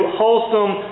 wholesome